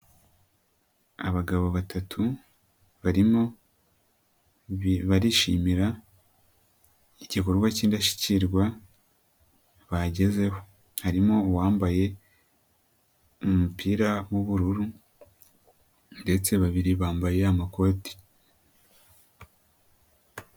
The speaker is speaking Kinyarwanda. Abagabo batatu barimo barishimira igikorwa kindashyikirwa bagezeho. Harimo uwambaye umupira w'ubururu ndetse babiri bambaye amakoti.